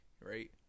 right